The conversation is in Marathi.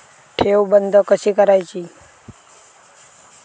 ठेव बंद कशी करायची?